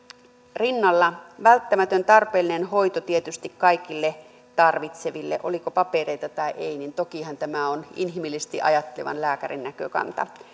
rinnalla on annettava välttämätön tarpeellinen hoito tietysti kaikille tarvitseville olipa papereita tai ei tokihan tämä on inhimillisesti ajattelevan lääkärin näkökanta